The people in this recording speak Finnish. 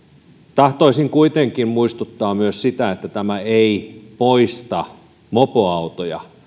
tahtoisin kuitenkin muistuttaa myös siitä että tämä ei poista mopoautoja